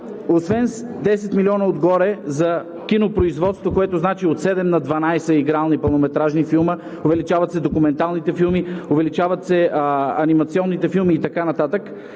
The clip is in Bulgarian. освен 10 милиона отгоре за кинопроизводство, което значи от седем на 12 игрални пълнометражни филма, като се увеличават и документалните филми, увеличават се анимационните филми и така нататък.